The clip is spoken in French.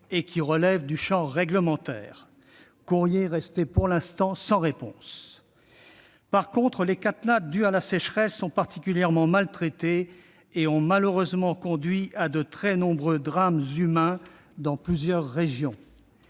et qui relèvent du champ réglementaire, courrier resté pour l'instant sans réponse. En revanche, les catastrophes naturelles dues à la sécheresse sont particulièrement mal traitées et ont malheureusement conduit à de très nombreux drames humains dans plusieurs régions.